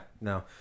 no